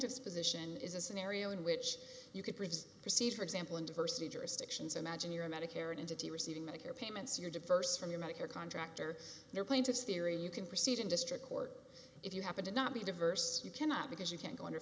plaintiff's position is a scenario in which you could proceed for example in diversity jurisdictions imagine you're a medicare an entity receiving medicare payments you're diverse from your medicare contractor there plaintiffs theory you can proceed in district court if you happen to not be diverse you cannot because you can't go under